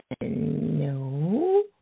no